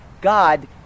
god